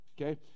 okay